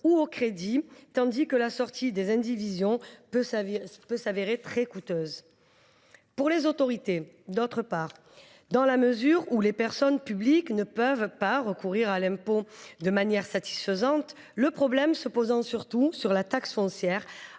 ou au crédit, tandis que la sortie des indivisions peut se révéler très coûteuse ; d’autre part, pour les autorités, dans la mesure où les personnes publiques ne peuvent recouvrer l’impôt de manière satisfaisante, le problème se posant surtout pour la taxe foncière,